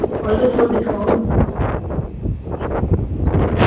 ओह्दे बिच कोई डिस्काउंट